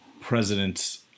president